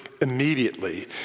immediately